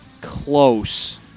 close